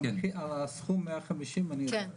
על הסכום 150 אני יודע.